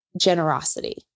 generosity